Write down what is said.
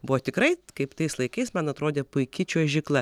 buvo tikrai kaip tais laikais man atrodė puiki čiuožykla